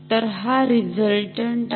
तर हा रिझल्टन्ट आहे